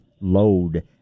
load